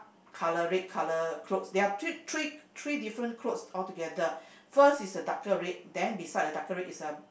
color red color clothes there are three three three different clothes all together first is the darker red then beside the darker red is the